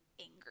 angry